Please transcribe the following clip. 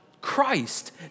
Christ